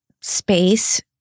space